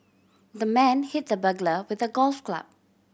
the man hit the burglar with a golf club